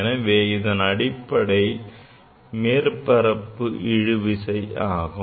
எனவே இதன் அடிப்படை மேற்பரப்பு இழுவிசை ஆகும்